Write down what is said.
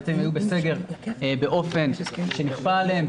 הם היו בסגר באופן שנכפה עליהם,